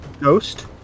Ghost